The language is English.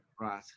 Right